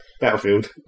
Battlefield